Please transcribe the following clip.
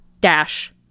Dash